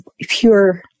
pure